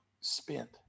spent